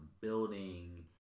building